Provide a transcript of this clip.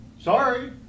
Sorry